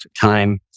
time